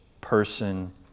person